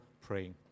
praying